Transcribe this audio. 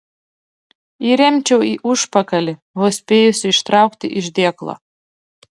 įremčiau į užpakalį vos spėjusi ištraukti iš dėklo